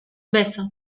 beso